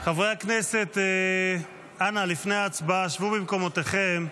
חברי הכנסת, אנא, לפני ההצבעה שבו במקומותיכם.